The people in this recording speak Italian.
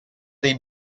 dei